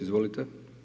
Izvolite.